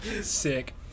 Sick